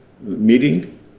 meeting